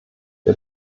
der